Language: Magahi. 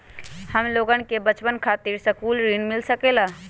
हमलोगन के बचवन खातीर सकलू ऋण मिल सकेला?